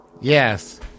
yes